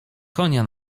konia